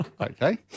Okay